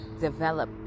develop